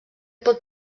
pot